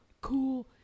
cool